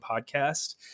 podcast